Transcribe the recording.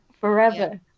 forever